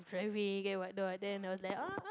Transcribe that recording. driving and what not and then I was like